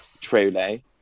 truly